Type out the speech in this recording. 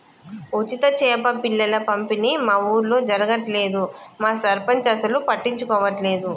ఉచిత చేప పిల్లల పంపిణీ మా ఊర్లో జరగట్లేదు మా సర్పంచ్ అసలు పట్టించుకోవట్లేదు